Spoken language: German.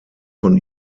von